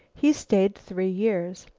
he stayed three years.